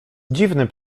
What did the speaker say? dziwny